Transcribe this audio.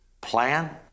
plan